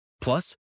plus